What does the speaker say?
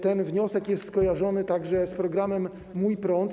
Ten wniosek jest skojarzony także z programem „Mój prąd”